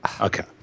Okay